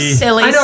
silly